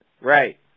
Right